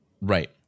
Right